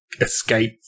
escape